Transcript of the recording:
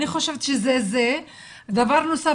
דבר נוסף,